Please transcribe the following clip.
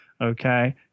Okay